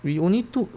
we only took